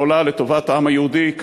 ועולה לטובת העם היהודי, תודה.